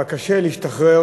קשה להשתחרר